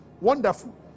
wonderful